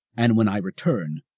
and when i return,